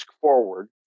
Forward